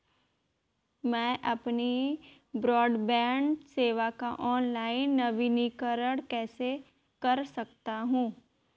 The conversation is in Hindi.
मैं अपनी ब्रॉडबैंड सेवा का ऑनलाइन नवीनीकरण कैसे कर सकता हूं?